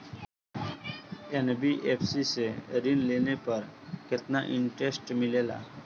NBFC से ऋण लेने पर केतना इंटरेस्ट मिलेला?